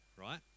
right